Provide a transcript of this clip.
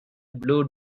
blue